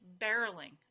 barreling